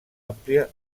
àmplia